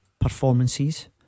Performances